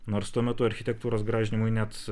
nors tuo metu architektūros gražinimui net